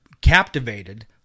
captivated